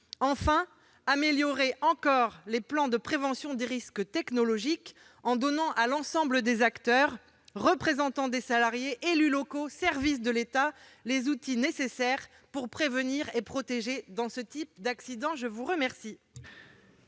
enfin améliorer encore les plans de prévention des risques technologiques en donnant à l'ensemble des acteurs- représentants des salariés, élus locaux, services de l'État -les outils nécessaires pour prévenir ce type d'accident et protéger les